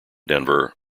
denver